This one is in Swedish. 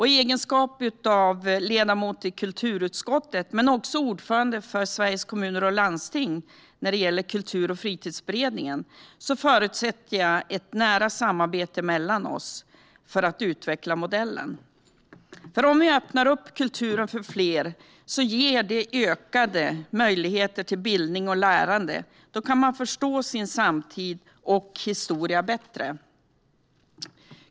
I egenskap av ledamot i kulturutskottet och också ordförande för Beredningen för kultur och fritidsfrågor i Sveriges kommuner och landsting förutsätter jag ett nära samarbete mellan oss för att utveckla modellen. Om vi öppnar kulturen för fler ger det ökade möjligheter till bildning och lärande. Då kan man förstå sin samtid och historia bättre.